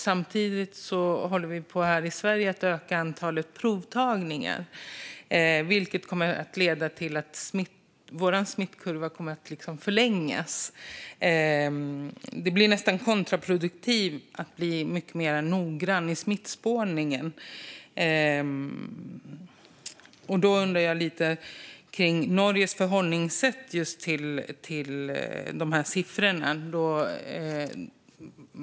Samtidigt håller vi här i Sverige på att öka antalet provtagningar, vilket kommer att leda till att vår smittkurva kommer att förlängas. Det blir nästan kontraproduktivt att bli mer noggrann i smittspårningen. Jag undrar lite om Norges förhållningssätt till de här siffrorna.